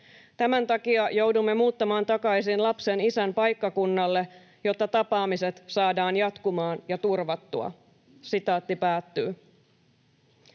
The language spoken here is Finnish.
Tämän takia joudumme muuttamaan takaisin lapsen isän paikkakunnalle, jotta tapaamiset saadaan jatkumaan ja turvattua. Lisäksi,